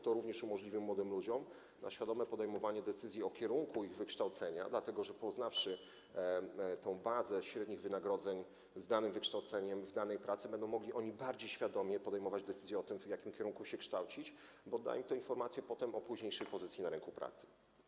To również umożliwi młodym ludziom świadome podejmowanie decyzji o kierunku ich wykształcenia, dlatego że poznawszy bazę średnich wynagrodzeń z danym wykształceniem w danej pracy, będą oni mogli bardziej świadomie podejmować decyzję o tym, w jakim kierunku się kształcić, bo dla nich to informacje o późniejszej pozycji na rynku pracy.